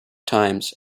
times